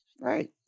right